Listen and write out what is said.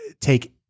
take